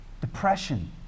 depression